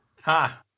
Ha